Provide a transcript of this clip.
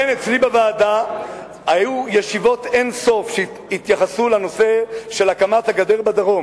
היו אצלי בוועדה אין-סוף ישיבות שהתייחסו לנושא של הקמת הגדר בדרום.